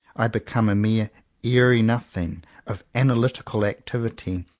i become a mere airy nothing of analytical activity,